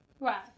Right